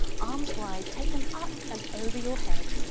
arms wide. take them up and over your head.